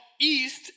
east